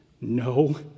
No